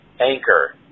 Anchor